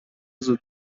زود